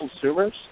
consumers